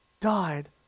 died